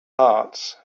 hearts